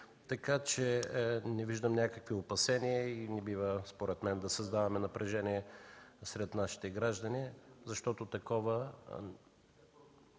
Така че не виждам някакви опасения и не бива, според мен, да създаваме напрежение сред нашите граждани, защото такова